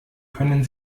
können